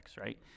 right